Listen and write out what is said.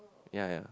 ya ya